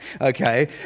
Okay